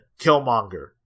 Killmonger